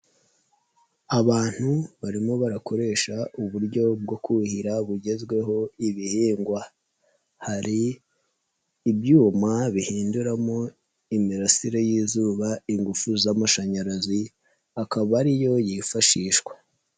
Abantu barimo barakoresha uburyo bwo kuhira bugezweho ibihingwa, hari ibyuma bihinduramo imirasire y'izuba ingufu z'amashanyarazi akaba ari yo yifashishwa.